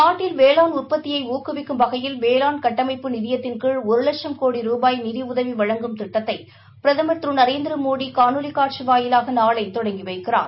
நாட்டில் வேளாண் உற்பத்தியை ஊக்குவிக்கும் வகையில் வேளாண் கட்டமைப்பு நிதியத்தின் கீழ் ஒரு வட்சம் கோடி ரூபாய் நிதி உதவி வழங்கும் திட்டத்தை பிரதம் திரு நரேந்திரமோடி காணோலி காட்சி வாயிலாக நாளை தொடங்கி வைக்கிறார்